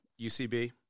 UCB